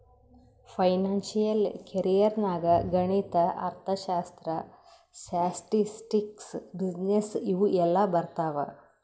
financial career ನಾಗ್ ಗಣಿತ, ಅರ್ಥಶಾಸ್ತ್ರ, ಸ್ಟ್ಯಾಟಿಸ್ಟಿಕ್ಸ್, ಬಿಸಿನ್ನೆಸ್ ಇವು ಎಲ್ಲಾ ಬರ್ತಾವ್